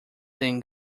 then